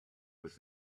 with